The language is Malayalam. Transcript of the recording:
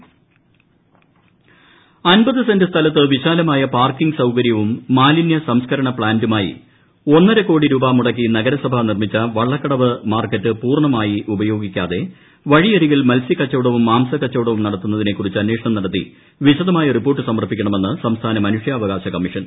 ഹൃക്ക്കുകൾക്കുകൾക്കുക സംസ്ഥാന മനുഷ്യാവകാശ കമ്മീഷൻ അൻപത് സെന്റ് സ്ഥലത്ത് വിശാലമായ പാർക്കിംഗ് സൌകര്യവും മാലിനൃ സംസ്കരണ പ്ലാന്റുമായി ഒന്നര കോടി മുടക്കി നഗരസഭ നിർമ്മിച്ച വള്ളക്കടവ് മാർക്കറ്റ് പൂർണമായി ഉപയോഗിക്കാതെ വഴിയരികിൽ മത്സ്യ കച്ചവടവും മാംസക്കച്ചവടവും നടത്തുന്നതിനെ കുറിച്ച് അന്വേഷണം നടത്തി വിശദമായ റിപ്പോർട്ട് സമർപ്പിക്കണമെന്ന് സംസ്ഥാന മനുഷ്യാവകാശ കമ്മീഷൻ